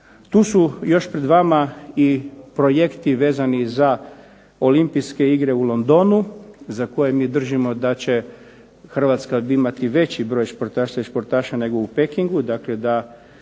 Tu su još pred vama projekti vezani za Olimpijske igre u Londonu za koje mi držimo da će HRvatska imati veći broj športašica i športaša nego u Pekingu, dakle da